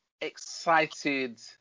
excited